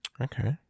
Okay